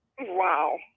Wow